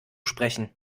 sprechen